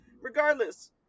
Regardless